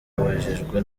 abajijwe